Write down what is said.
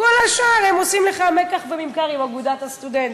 כל השאר עושים לך מקח וממכר עם אגודת הסטודנטים.